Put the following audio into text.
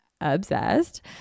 obsessed